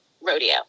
rodeo